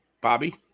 Bobby